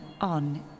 on